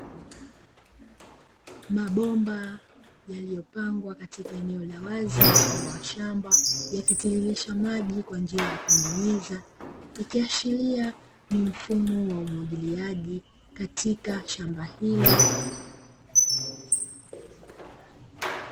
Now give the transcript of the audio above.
Mabomba yaliyopangwa katika eneo la wazi mfano wa shamba yakitiririsha maji kwa njia ya kunyunyiza ikiashiria ni mfumo wa umwagiliaji katika shamba hilo.